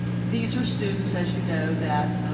these are students, as you know, that